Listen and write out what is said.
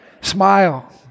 smile